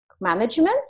management